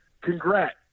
congrats